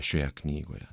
šioje knygoje